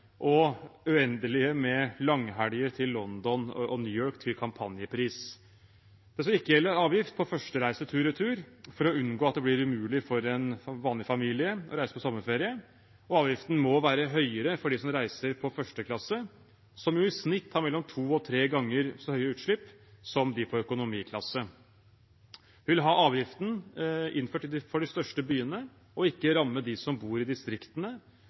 og uendelig med langhelger til London og New York til kampanjepris. Det skal ikke gjelde avgift på første reise tur–retur for å unngå at det blir umulig for en vanlig familie å reise på sommerferie, og avgiften må være høyere for dem som reiser på første klasse, som i snitt har mellom to og tre ganger så høye utslipp som de på økonomiklasse. Vi vil ha avgiften innført for de største byene og ikke ramme dem som bor i distriktene.